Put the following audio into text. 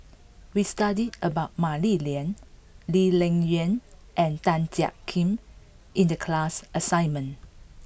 we studied about Mah Li Lian Lee Ling Yen and Tan Jiak Kim in the class assignment